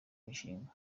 mishinga